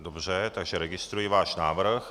Dobře, takže registruji váš návrh.